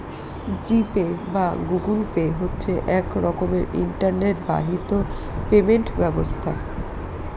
জি Pay বা Google Pay হচ্ছে এক রকমের ইন্টারনেট বাহিত পেমেন্ট ব্যবস্থা